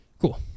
cool